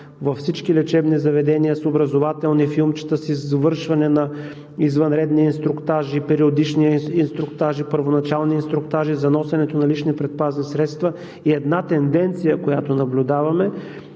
във всички лечебни заведения – с образователни филмчета, с извършване на извънредни инструктажи, периодични инструктажи, първоначални инструктажи за носенето на лични предпазни средства, една тенденция, която наблюдаваме,